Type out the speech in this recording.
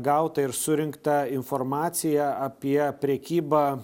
gautą ir surinktą informaciją apie prekybą